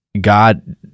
God